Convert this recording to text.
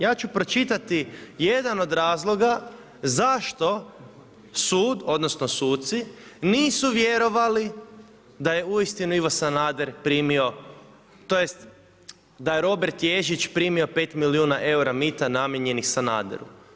Ja ću pročitati jedan od razloga zašto sud, odnosno suci nisu vjerovali da je uistinu Ivo Sanader primio, tj. da je Robert Ježić primio 5 milijuna eura mita namijenjenih Sanaderu.